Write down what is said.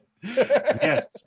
Yes